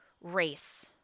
race